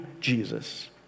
Jesus